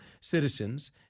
citizens